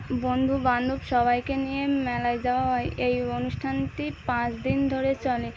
বন্ধু বান্ধব সবাইকে নিয়ে মেলায় যাওয়া হয় এই অনুষ্ঠানটি পাঁচ দিন ধরে চলে